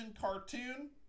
cartoon